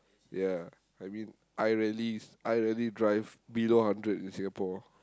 ya I mean I rarely I rarely drive below hundred in Singapore